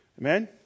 Amen